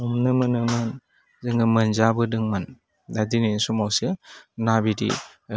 हमनो मोनोमोन जोङो मोनजाबोदोंमोन दा दिनै समावसो ना बिदि